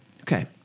Okay